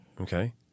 Okay